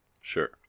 Sure